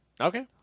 Okay